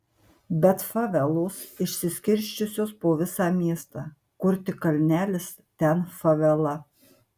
bet favelos išsiskirsčiusios po visą miestą kur tik kalnelis ten favela